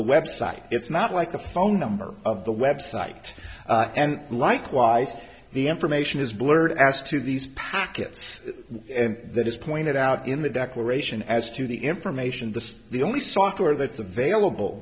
the website it's not like the phone number of the website and likewise the information is blurred as to these packets and that is pointed out in the declaration as to the information the the only software that's available